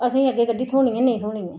असेंगी अग्गें गड्डी थ्होनी जां नेईं थ्होनी ऐ